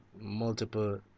multiple